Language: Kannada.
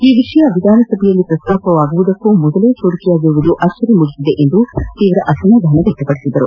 ಈ ವಿಷಯ ವಿಧಾನಸಭೆಯಲ್ಲಿ ಪ್ರಸ್ತಾಪವಾಗುವ ಮೊದಲೇ ಸೋರಿಕೆಯಾಗಿರುವುದು ಅಚ್ದರಿ ಮೂಡಿಸಿದೆ ಎಂದು ಅಸಮಾಧಾನ ವ್ಯಕ್ತಪಡಿಸಿದರು